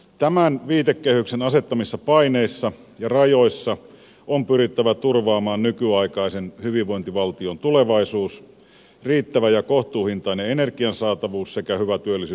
tämän viitekehyksen asettamissa paineissa ja rajoissa on pyrittävä turvaamaan nykyaikaisen hyvinvointivaltion tulevaisuus riittävä ja kohtuuhintainen energian saatavuus sekä hyvä työllisyyskehitys